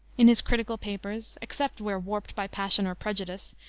in his critical papers, except where warped by passion or prejudice,